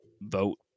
vote